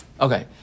Okay